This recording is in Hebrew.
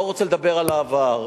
לא רוצה לדבר על העבר,